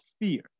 fear